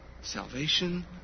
salvation